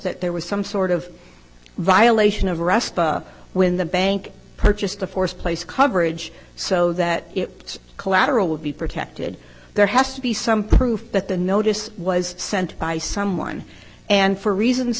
that there was some sort of violation of arrest when the bank purchased a forced place coverage so that it collateral would be protected there has to be some proof that the notice was sent by someone and for reasons